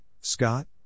Scott